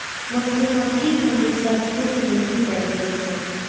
मधुमक्खी हमेशा झुण्ड में ही रहेली सन